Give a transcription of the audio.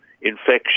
infection